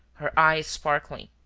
her eyes sparkling.